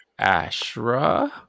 Ashra